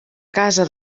casa